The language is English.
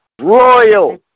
Royal